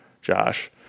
Josh